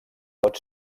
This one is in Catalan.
pot